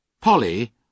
Polly